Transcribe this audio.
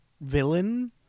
villain